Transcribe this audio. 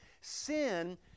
sin